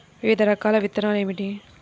వివిధ రకాల విత్తనాలు ఏమిటి?